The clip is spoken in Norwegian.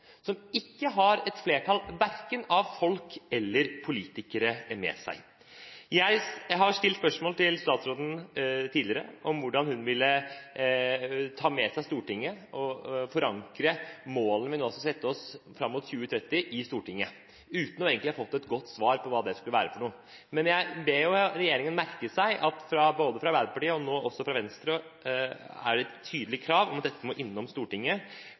som ikke har et flertall verken av politikere eller av folk for øvrig med seg. Jeg har tidligere stilt spørsmål til statsråden om hvordan hun ville ta med seg Stortinget og der forankre målene vi nå skal sette oss fram mot 2030, uten egentlig å fått noe godt svar på det. Men jeg ber regjeringen merke seg at det både fra Arbeiderpartiet og – nå også – fra Venstre er et tydelig krav om at dette må innom Stortinget,